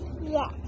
Yes